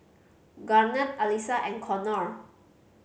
Garnet Alissa and Connor